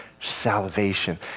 salvation